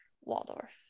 Waldorf